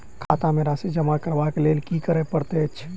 खाता मे राशि जमा करबाक लेल की करै पड़तै अछि?